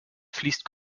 fließt